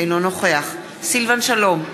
אינו נוכח סילבן שלום,